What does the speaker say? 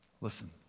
Listen